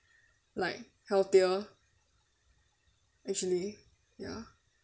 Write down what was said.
like healthier actually ya